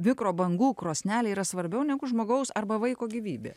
mikrobangų krosnelė yra svarbiau negu žmogaus arba vaiko gyvybė